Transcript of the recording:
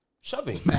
shoving